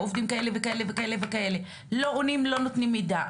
לא נותנים מידע.